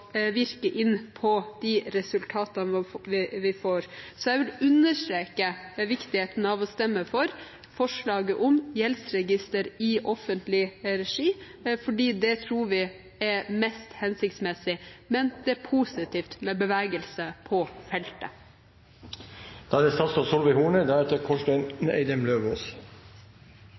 virke inn på de resultatene vi får. Så jeg vil understreke viktigheten av å stemme for forslaget om gjeldsregister i offentlig regi, for det tror vi er mest hensiktsmessig. Men det er positivt med bevegelse på